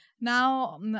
Now